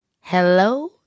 Hello